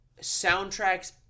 soundtracks